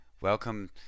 Welcome